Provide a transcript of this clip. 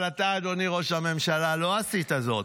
אבל אתה, אדוני ראש הממשלה, לא עשית זאת,